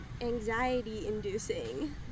anxiety-inducing